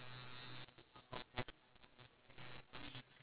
kevin is the black hair guy gwen's boyfriend